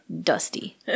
dusty